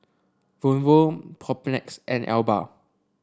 Vono Propnex and Alba